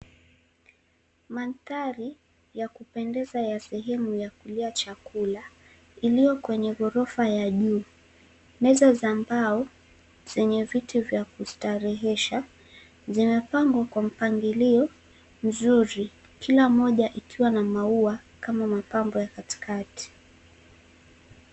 Mandhari ya kupendeza ya sehemu ya kulia chakula iliyokwenye ghorofa ya juu. Meza za mbao zenye viti vya kustarehesha zimepangwa kwa mpangilio mzuri, kila moja ikiwa na maua kama mapambo ya katikati.